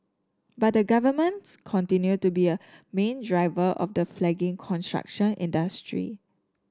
but the Governments continues to be a main driver of the flagging construction industry